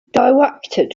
directed